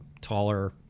taller